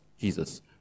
Jesus